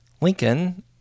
Lincoln